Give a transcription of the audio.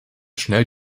schnell